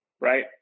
right